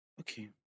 okay